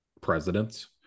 presidents